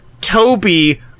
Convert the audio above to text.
toby